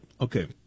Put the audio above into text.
Okay